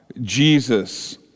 Jesus